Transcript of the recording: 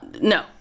No